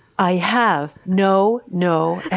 i have. no, no,